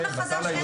בתיקון החדש אין